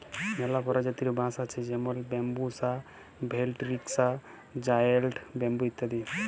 ম্যালা পরজাতির বাঁশ আছে যেমল ব্যাম্বুসা ভেলটিরিকসা, জায়েল্ট ব্যাম্বু ইত্যাদি